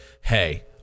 hey